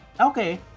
okay